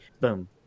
boom